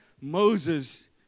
Moses